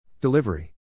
Delivery